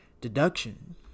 deduction